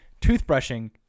toothbrushing